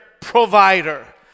provider